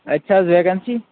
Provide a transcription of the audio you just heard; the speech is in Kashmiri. اَتہِ چھِ حظ ویکنسی